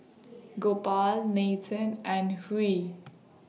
Gopal Nathan and Hri